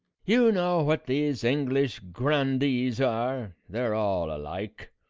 you know what these english grandees are. they're all alike.